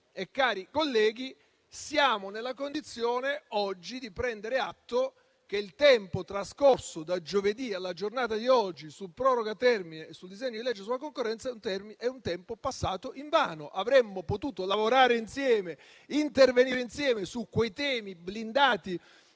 cari colleghi, oggi siamo nella condizione di prendere atto che il tempo trascorso da giovedì alla giornata di oggi sul disegno di legge di proroga termini e sul disegno di legge sulla concorrenza è passato invano. Avremmo potuto lavorare e intervenire insieme su quei temi blindati